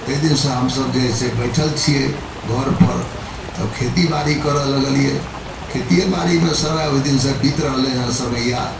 ताहि दिनसँ हमसब जे है से बैसल छियै घर पर तब खेतीबाड़ी करऽ लगलियै खेतिए बाड़ीमे सारा ओहिदिनसँ बीत रहलै हँ समैया